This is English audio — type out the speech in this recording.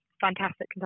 fantastic